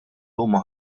huma